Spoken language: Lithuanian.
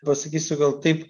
pasakysiu gal taip